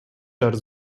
арыз